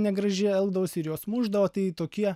negražiai elgdavosi ir juos mušdavo tai tokie